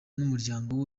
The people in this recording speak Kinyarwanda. n’umuryango